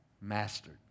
mastered